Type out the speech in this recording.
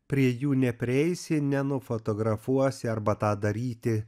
prie jų neprieisi nenufotografuosi arba tą daryti